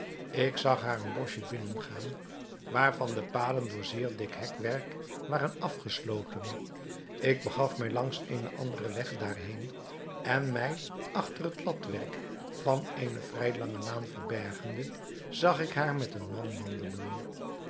ik zag haar een boschje binnengaan waarvan de paden door zeer dik hekwerk waren afgesloten ik begaf mij langs eenen anderen weg daarheen en mij achter het latwerk van eene vrij lange laan verbergende zag ik haar met een man wandelen